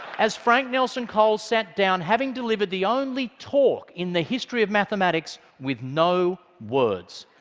as frank nelson cole sat down, having delivered the only talk in the history of mathematics with no words.